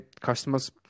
customers